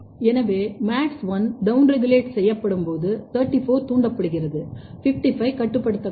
எனவே MADS1 down regulate செய்யப்படும் போது 34 தூண்டப்படுகிறது 55 கட்டுப்படுத்தப் படுகிறது